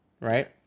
right